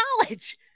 college